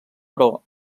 però